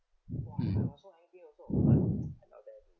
mm